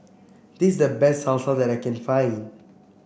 this the best Salsa that I can find